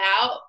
out